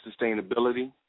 sustainability